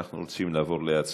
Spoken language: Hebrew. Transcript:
אנחנו רוצים לעבור להצבעה